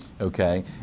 Okay